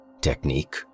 technique